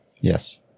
Yes